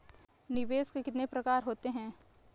निवेश के कितने प्रकार होते हैं?